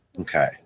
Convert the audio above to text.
Okay